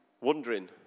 wondering